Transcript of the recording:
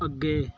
ਅੱਗੇ